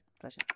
Pleasure